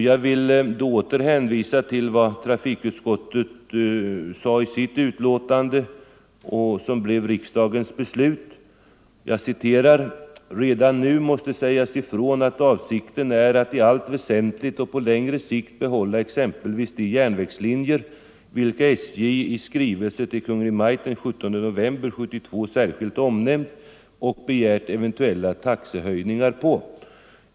Jag vill här åter hänvisa till vad trafikutskottet sade i sitt betänkande, som blev riksdagens beslut. Utskottet skrev: ”Redan nu måste sägas ifrån att avsikten är att i allt väsentligt och på längre sikt behålla exempelvis de järnvägslinjer vilka SJ i skrivelse till Kungl. Maj:t den 17 november 1972 särskilt omnämnt och begärt eventuella taxehöjningar på.